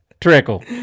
trickle